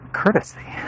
courtesy